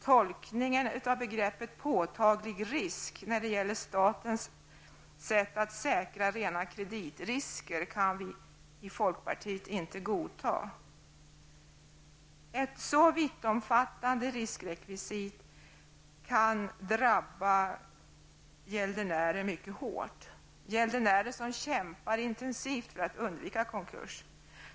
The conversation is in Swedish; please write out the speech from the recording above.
Tolkningen av begreppet ''påtaglig risk'' när det gäller statens sätt att säkra rena kreditrisker kan vi i folkpartiet inte godta. Ett så vittomfattande riskrekvisit kan mycket hårt drabba gäldenärer, som intensivt kämpar för att undvika konkurs.